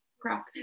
Crap